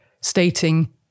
stating